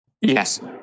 Yes